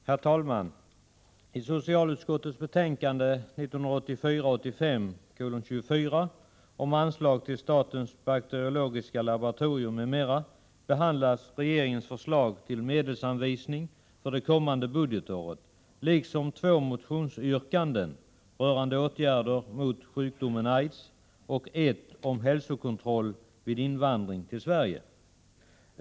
Herr talman! I socialutskottets betänkande 1984/85:24 om anslag till statens bakteriologiska laboratorium m.m. behandlas regeringens förslag till medelsanvisning för det kommande budgetåret liksom två motionsyrkanden rörande åtgärder mot sjukdomen AIDS och ett om hälsokontroll vid invandring till Sverige.